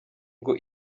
ngo